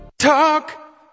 Talk